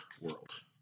world